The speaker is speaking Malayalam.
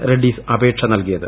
റെഡ്റീസ് അപേക്ഷ നൽകിയത്